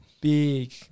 Big